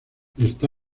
está